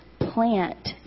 plant